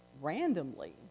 randomly